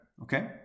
Okay